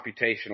computational